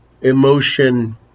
emotion